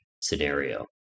scenario